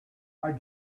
our